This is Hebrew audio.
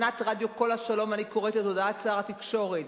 אני קוראת את הודעת שר התקשורת: